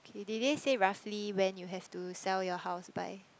okay did they say roughly when you have to sell your house by